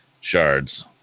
shards